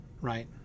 right